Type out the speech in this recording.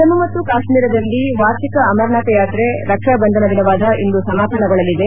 ಜಮ್ಮು ಮತ್ತು ಕಾಶ್ಮೀರದಲ್ಲಿ ವಾರ್ಷಿಕ ಅಮರನಾಥ ಯಾತ್ರೆ ರಕ್ಷಾ ಬಂಧನ ದಿನವಾದ ಇಂದು ಸಮಾಪನಗೊಳ್ಳಲಿದೆ